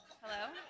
Hello